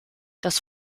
das